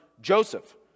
Joseph